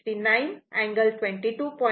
69 angle 22